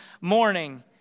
morning